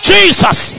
Jesus